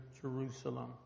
Jerusalem